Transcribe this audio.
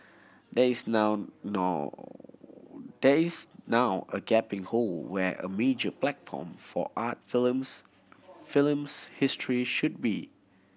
there is now now there is now a gaping hole where a major platform for art films films history should be